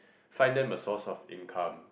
find them a source of income